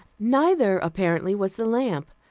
neither, apparently, was the lamp.